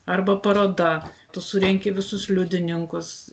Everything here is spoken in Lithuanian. arba paroda tu surenki visus liudininkus